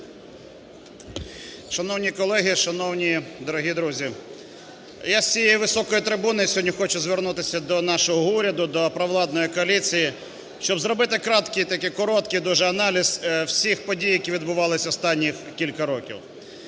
Шановні колеги, шановні, дорогі друзі! Я з цієї високої трибуни сьогодні хочу звернутися до нашого уряду, до провладної коаліції, щоб зробити краткий такий, короткий дуже аналіз всіх подій, які відбувалися останніх кілька років.